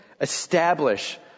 Establish